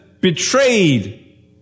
betrayed